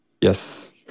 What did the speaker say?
Yes